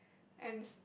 ants